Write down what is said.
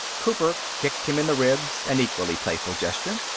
cooper kicked him in the ribs an equally playful gesture.